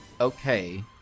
okay